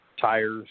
tires